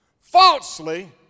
falsely